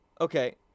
Okay